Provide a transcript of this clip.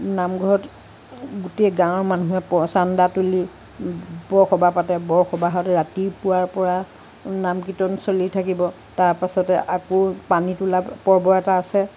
নামঘৰত গোটেই গাঁৱৰ মানুহে প চান্দা তুলি বৰসভা পাতে বৰসবাহত ৰাতিপুৱাৰ পৰা নাম কীৰ্ত্তন চলি থাকিব তাৰ পাছতে আকৌ পানী তোলা পৰ্ব এটা আছে